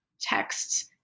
texts